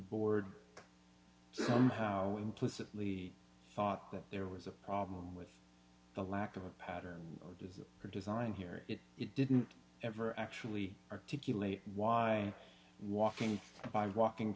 board somehow implicitly thought that there was a problem with the lack of a pattern of or design here if it didn't ever actually articulate why walking by walking